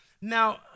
Now